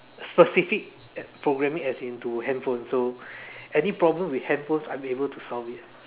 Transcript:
specific programming as in to handphones so any problems with handphones I'm able to solve it